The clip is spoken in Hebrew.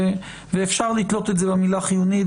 אפשר לתלות את זה במילה חיונית,